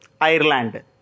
Ireland